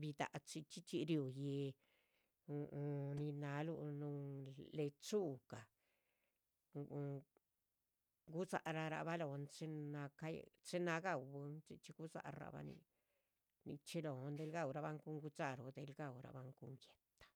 bidah chxíchxi riuyi nin naluh nún lechuga gusalraba. lóhn chín ga'u bwín chxíchxi gusalraba nichí lóhn dhel ga'urabahn cun gudxaru o dhel. ga'urabahn cun guéhta